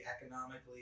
economically